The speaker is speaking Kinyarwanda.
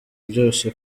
byose